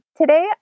today